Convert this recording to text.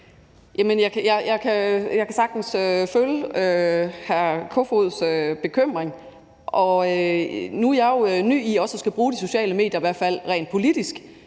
Jeg kan sagtens følge hr. Peter Kofods bekymring. Nu er jeg jo ny i også at skulle bruge de sociale medier, i